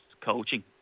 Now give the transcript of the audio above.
coaching